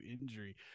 injury